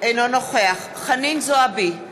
אינו נוכח חנין זועבי,